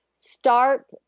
start